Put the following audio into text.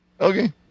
Okay